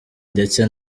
ndetse